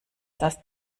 das